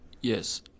Yes